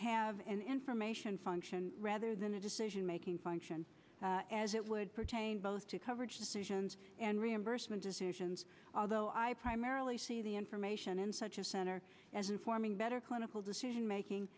have an information function rather than a decision making function as it would pertain both to coverage decisions and reimbursement decisions although i primarily see the information in such a center as informing better clinical decision making